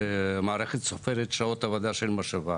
המערכת סופרת את שעות העבודה של המשאבה.